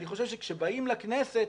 אני חושב שכשבאים לכנסת